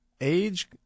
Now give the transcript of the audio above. age